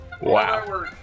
Wow